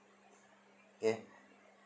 ya